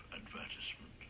advertisement